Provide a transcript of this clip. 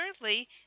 thirdly